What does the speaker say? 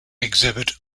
exhibit